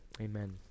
amen